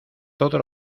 todo